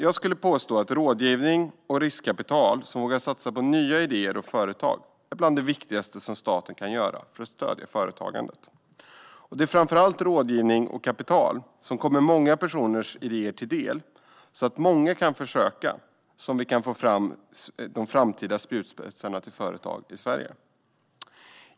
Jag skulle påstå att rådgivning och riskkapital som vågar satsa på nya idéer och företag är bland det viktigaste som staten kan göra för att stödja företagandet. Framför allt är det viktigt med rådgivning och kapital som kommer många personers idéer till del, så att många kan försöka och så att vi kan få fram de framtida spjutspetsarna till företag i Sverige.